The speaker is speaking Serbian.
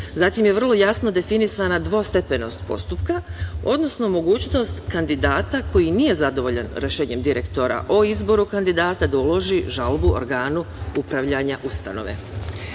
je vrlo jasno definisana dvostepenost postupka, odnosno mogućnost kandidata koji nije zadovoljan rešenjem direktora o izboru kandidata da uloži žalbu organu upravljanja ustanove. Ono